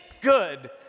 good